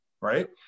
Right